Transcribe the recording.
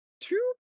Two